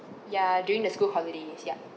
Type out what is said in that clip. ya during the school holidays ya